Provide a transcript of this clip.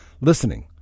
listening